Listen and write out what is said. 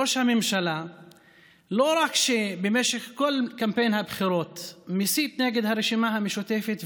ראש הממשלה לא רק שבמשך כל קמפיין הבחירות מסית נגד הרשימה המשותפת,